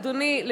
אדוני,